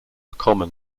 common